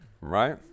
right